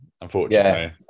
Unfortunately